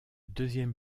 deuxième